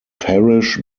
parish